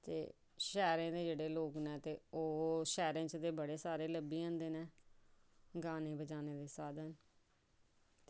ते शैह्रें दे जेह्ड़े लोग न ओह् शैह्रें च ते बड़े लब्भी जंदे न गाने बजाने दा साधन